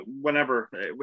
whenever